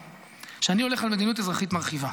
שאני הולך על מדיניות אזרחית מרחיבה.